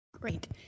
Great